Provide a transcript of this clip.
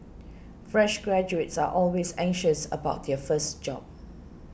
fresh graduates are always anxious about their first job